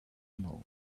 know